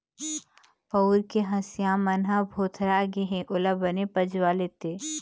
पउर के हँसिया मन ह भोथरा गे हे ओला बने पजवा लेते